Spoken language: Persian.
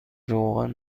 روغن